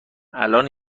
الان